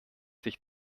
sich